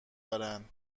دارن